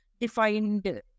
defined